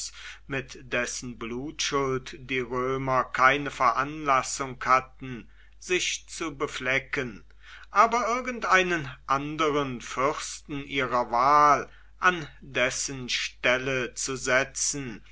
mit dessen blutschuld die römer keine veranlassung hatten sich zu beflecken aber irgendeinen anderen fürsten ihrer wahl an dessen stelle zu setzen